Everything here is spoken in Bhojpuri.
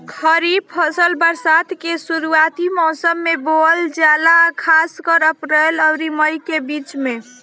खरीफ फसल बरसात के शुरूआती मौसम में बोवल जाला खासकर अप्रैल आउर मई के बीच में